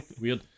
Weird